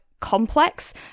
complex